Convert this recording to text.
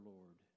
Lord